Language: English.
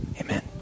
Amen